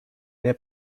near